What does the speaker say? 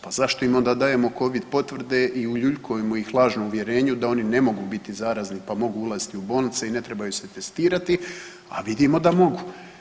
Pa zašto im onda dajemo covid potvrde i uljuljkujemo ih lažno u uvjerenju da oni ne mogu biti zarazni pa mogu ulaziti u bolnice i ne trebaju se testirati, a vidimo da mogu.